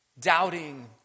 doubting